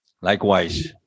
likewise